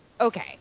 okay